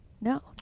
No